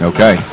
Okay